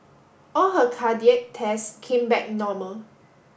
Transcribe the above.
all her cardiac tests came back normal